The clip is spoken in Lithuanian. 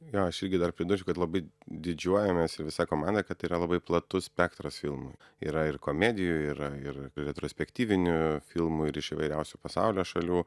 jo aš irgi dar pridurčiau kad labai didžiuojamės ir visa komanda kad yra labai platus spektras filmui yra ir komedijų yra ir retrospektyvinių filmų ir iš įvairiausių pasaulio šalių